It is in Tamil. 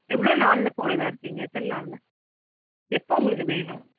எவ்வளோ நாளில் போகிறதா இருக்கீங்க எத்தனை நாளில் எப்போ உங்களுக்கு வேணும்